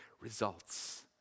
results